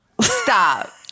Stop